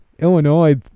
Illinois